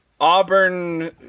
auburn